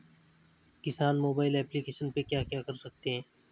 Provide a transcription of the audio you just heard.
किसान mobile application पे क्या क्या कर सकते हैं?